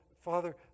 Father